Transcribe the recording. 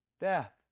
Death